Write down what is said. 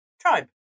Tribe